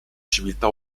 civiltà